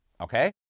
okay